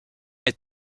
est